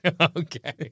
Okay